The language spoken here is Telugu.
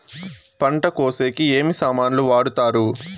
పంట కోసేకి ఏమి సామాన్లు వాడుతారు?